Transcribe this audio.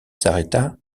s’arrêta